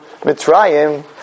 Mitzrayim